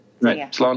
Right